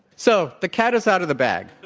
so the cat is out of the bag.